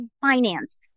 finance